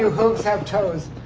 do hooves have toes?